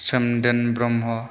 Somdon Brahma